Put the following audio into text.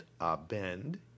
Abend